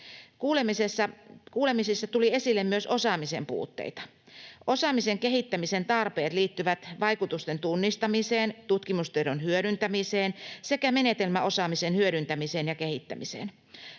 Kuulemisissa tuli esille myös osaamisen puutteita. Osaamisen kehittämisen tarpeet liittyvät vaikutusten tunnistamiseen, tutkimustiedon hyödyntämiseen sekä menetelmäosaamisen hyödyntämiseen ja kehittämiseen.